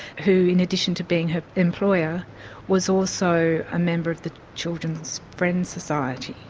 who in addition to being her employer was also a member of the children's friends society,